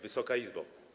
Wysoka Izbo!